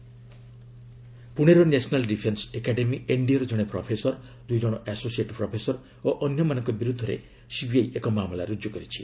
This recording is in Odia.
ସିବିଆଇ ଏନ୍ଡିଏ ପ୍ରଣେର ନ୍ୟାସନାଲ୍ ଡିଫେନ୍ସ ଏକାଡେମୀ ଏନ୍ଡିଏର ଜଣେ ପ୍ରଫେସର ଦୁଇ ଜଣ ଆସୋସିଏଟ୍ ପ୍ରଫେସର ଓ ଅନ୍ୟମାନଙ୍କ ବିରୁଦ୍ଧରେ ସିବିଆଇ ଏକ ମାମଲା ରୁଜୁ କରିଛି